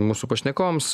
mūsų pašnekovams